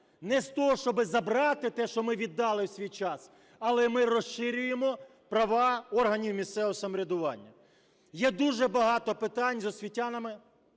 не з того, щоби забрати те, що ми віддали в свій час, але ми розширюємо права органів місцевого самоврядування. Є дуже багато питань з освітянами,